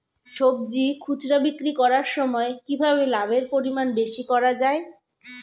সবজি খুচরা বিক্রি করার সময় কিভাবে লাভের পরিমাণ বেশি করা যায়?